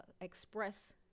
express